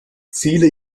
viele